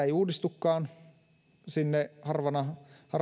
ei uudistukaan sinne harvana